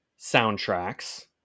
soundtracks